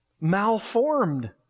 malformed